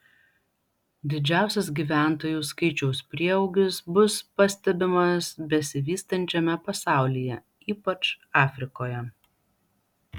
didžiausias gyventojų skaičiaus prieaugis bus pastebimas besivystančiame pasaulyje ypač afrikoje